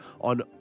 on